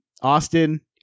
Austin